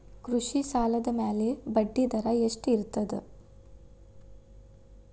ಕೃಷಿ ಸಾಲದ ಮ್ಯಾಲೆ ಬಡ್ಡಿದರಾ ಎಷ್ಟ ಇರ್ತದ?